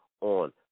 on